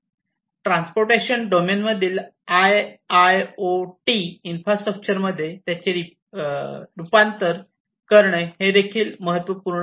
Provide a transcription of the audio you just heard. transportation डोमेनमधील IIoT इन्फ्रास्ट्रक्चरमध्ये त्याचे रुपांतर करणे देखील अत्यंत महत्त्वपूर्ण आहे